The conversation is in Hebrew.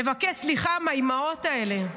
לבקש סליחה מהאימהות האלה,